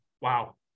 Wow